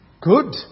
Good